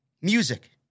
Music